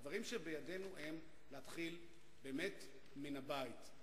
הדברים שהם בידינו הם להתחיל באמת מן הבית,